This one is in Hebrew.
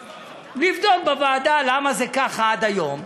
לבדוק בוועדה למה זה ככה עד היום,